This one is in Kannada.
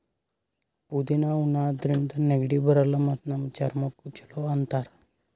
ಪುದಿನಾ ಉಣಾದ್ರಿನ್ದ ನೆಗಡಿ ಬರಲ್ಲ್ ಮತ್ತ್ ನಮ್ ಚರ್ಮಕ್ಕ್ ಛಲೋ ಅಂತಾರ್